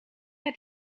het